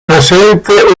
presente